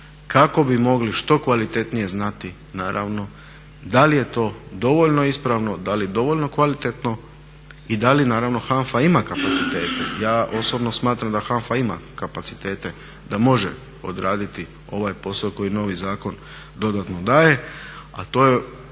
kako bi mogli što kvalitetnije znati naravno da li je to dovoljno ispravno, da li dovoljno kvalitetno i da li naravno HANFA ima kapacitete. Ja osobno smatram da HANFA ima kapacitete da može odraditi ovaj posao koji novi zakon dodatno daje, ali to je